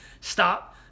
stop